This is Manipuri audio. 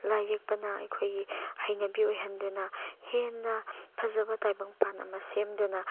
ꯂꯥꯏ ꯌꯦꯛꯄꯅ ꯑꯩꯈꯣꯏꯒꯤ ꯍꯩꯅꯕꯤ ꯑꯣꯏꯍꯟꯗꯨꯅ ꯍꯦꯟꯅ ꯐꯖꯕ ꯇꯥꯏꯕꯪꯄꯥꯟ ꯑꯃ ꯁꯦꯝꯗꯨꯅ